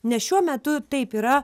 nes šiuo metu taip yra